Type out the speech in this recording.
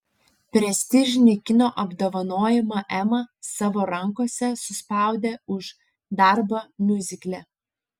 prestižinį kino apdovanojimą ema savo rankose suspaudė už darbą miuzikle